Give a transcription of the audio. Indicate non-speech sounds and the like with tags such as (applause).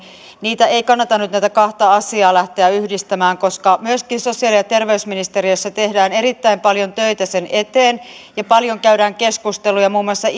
ei kannata nyt näitä kahta asiaa lähteä yhdistämään koska myöskin sosiaali ja terveysministeriössä tehdään erittäin paljon töitä sen eteen ja paljon käydään keskusteluja muun muassa (unintelligible)